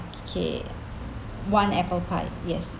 okay one apple pie yes